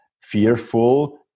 fearful